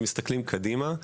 כשמסתכלים קדימה,